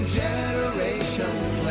generations